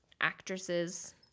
actresses